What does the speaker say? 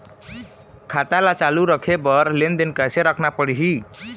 खाता ला चालू रखे बर लेनदेन कैसे रखना पड़ही?